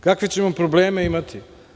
Kakve ćemo probleme imati?